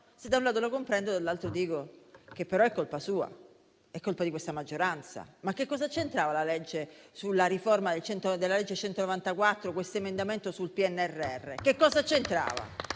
se da un lato lo comprendo, dall'altro dico che però è colpa sua ed è colpa di questa maggioranza. Cosa c'entrava la riforma della legge n. 194 con questo emendamento sul PNRR? Cosa c'entrava?